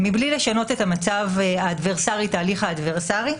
מבלי לשנות את ההליך האדברסרי.